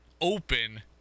open